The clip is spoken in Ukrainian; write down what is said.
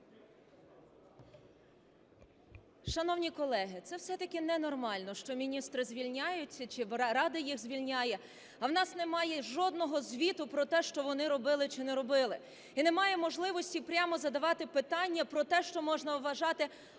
Шановні колеги, це все-таки ненормально, що міністри звільняються, чи Рада їх звільняє, а у нас немає жодного звіту про те, що вони робили чи не робили. І немає можливості прямо задавати питання про те, що можна вважати абсолютним